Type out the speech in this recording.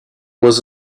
was